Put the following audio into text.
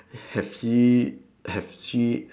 have he have she